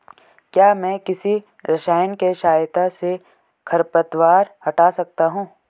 क्या मैं किसी रसायन के सहायता से खरपतवार हटा सकता हूँ?